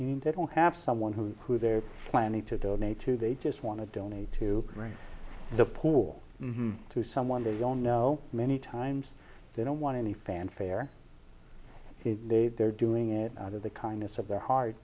altruistic they don't have someone who who they're planning to donate to they just want to donate to the poor or to someone they don't know many times they don't want any fanfare they they're doing it out of the kindness of their heart